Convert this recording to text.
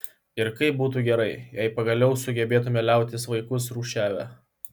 ir kaip būtų gerai jei pagaliau sugebėtume liautis vaikus rūšiavę